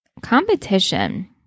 Competition